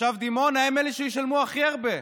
תושב דימונה הם אלה שישלמו הכי הרבה,